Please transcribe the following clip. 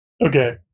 Okay